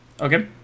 Okay